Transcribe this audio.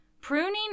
Pruning